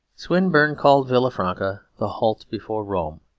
swinburne called villafranca the halt before rome,